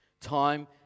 Time